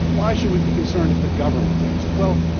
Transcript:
why should we be concerned if the government gets it? well,